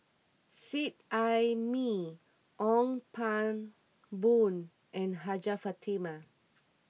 Seet Ai Mee Ong Pang Boon and Hajjah Fatimah